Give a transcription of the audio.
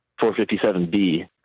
457b